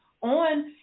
on